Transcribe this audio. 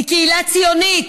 היא קהילה ציונית,